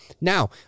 Now